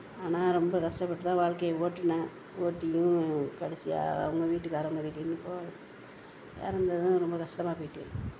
ஆனால் ரொம்ப கஷ்டப்பட்டு தான் வாழ்க்கையை ஓட்டினேன் ஓட்டியும் கடைசியாக அவங்க வீட்டுக்காரவங்க வீட்லேயும் போ இறந்தது தான் ரொம்ப கஷ்டமாக போயிட்டு